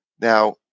Now